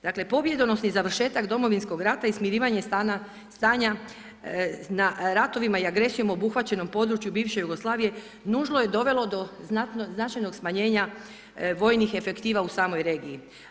Dakle, pobjedonosni završetak Domovinskog rata i smirivanje stanja na ratovima i agresijom obuhvaćenom području bivše Jugoslavije nužno je dovelo do značajnog smanjenja vojnih efektiva u samoj regiji.